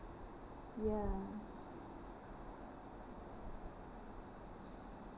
ya